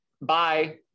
bye